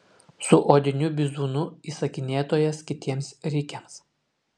su odiniu bizūnu įsakinėtojas kitiems rikiams